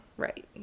Right